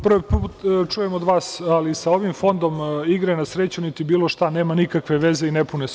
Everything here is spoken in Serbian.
Prvi put čujem od vas, ali sa ovim fondom igre na sreću, niti bilo šta, nema nikakve veze i ne pune se.